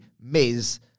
Miz